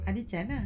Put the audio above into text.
ada chance lah